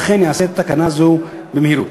אכן יעשה את התקנה הזו במהירות.